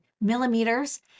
millimeters